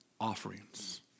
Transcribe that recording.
offerings